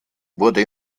wurde